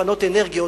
לפנות אנרגיות,